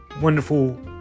wonderful